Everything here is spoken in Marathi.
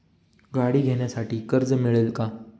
गाडी घेण्यासाठी कर्ज मिळेल का?